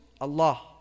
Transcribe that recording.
Allah